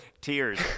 Tears